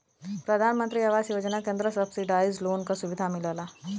प्रधानमंत्री आवास योजना के अंदर सब्सिडाइज लोन क सुविधा मिलला